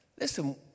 Listen